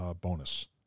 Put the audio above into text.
bonus